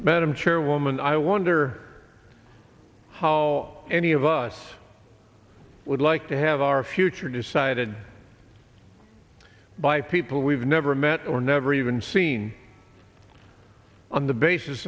chairwoman i wonder how any of us would like to have our future decided by people we've never met or never even seen on the basis